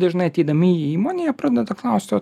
dažnai ateidami į įmonę jie pradeda klausti o